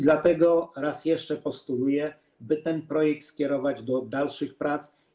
Dlatego raz jeszcze postuluję, by ten projekt skierować do dalszych prac.